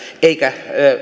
eikä